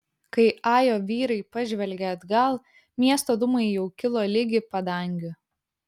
kai ajo vyrai pažvelgė atgal miesto dūmai jau kilo ligi padangių